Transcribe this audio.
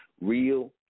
Real